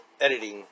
editing